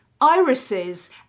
irises